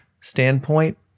standpoint